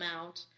out